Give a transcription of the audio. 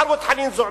בחרו את חנין זועבי,